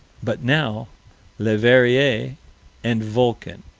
but now leverrier and vulcan.